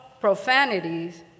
profanities